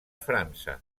frança